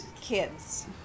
kids